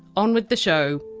on with the show